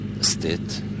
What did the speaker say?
state